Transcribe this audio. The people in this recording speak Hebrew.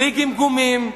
בלי גמגומים,